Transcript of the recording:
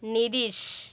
Nitish